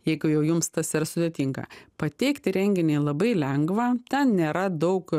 jeigu jau jums tas yra sudėtinga pateikti renginį labai lengva ten nėra daug